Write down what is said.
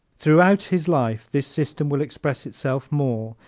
throughout his life this system will express itself more,